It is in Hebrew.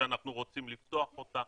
שאנחנו רוצים לפתוח אותה.